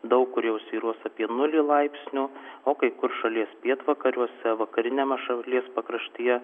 daug kur jau svyruos apie nulį laipsnių o kai kur šalies pietvakariuose vakariniame šalies pakraštyje